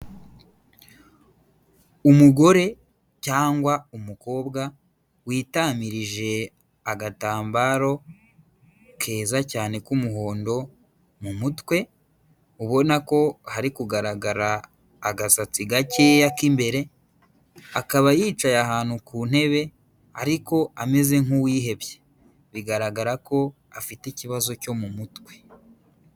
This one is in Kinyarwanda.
Umugore cyangwa umukobwa witamirije agatambaro keza cyane k'umuhondo mu mutwe, ubona ko hari kugaragara agasatsi gakeya k'imbere, akaba yicaye ahantu ku ntebe ariko ameze nk'uwihebye, bigaragara ko afite ikibazo cyo mu mutwe.